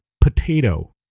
potato